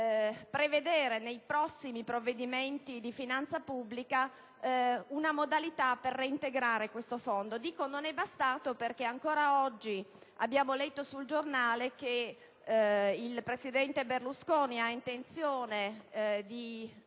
prevedere nei prossimi provvedimenti di finanza pubblica una modalità per reintegrare questo Fondo. Dico che non è bastato perché anche oggi abbiamo letto sulla stampa che il presidente Berlusconi ha intenzione di